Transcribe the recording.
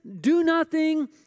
do-nothing